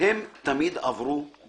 הם תמיד עברו /